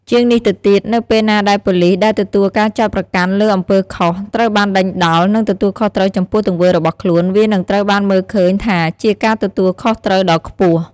ជាងនេះទៅទៀត នៅពេលណាដែល ប៉ូលីសដែលទទួលការចោទប្រកាន់លើអំពើខុស ត្រូវបានដេញដោល និងទទួលខុសត្រូវចំពោះទង្វើរបស់ខ្លួន វានឹងត្រូវបានមើលឃើញថាជា ការទទួលខុសត្រូវ ដ៏ខ្ពស់។